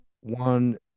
one